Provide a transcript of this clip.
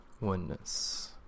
Oneness